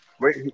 wait